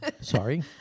sorry